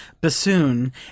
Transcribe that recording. bassoon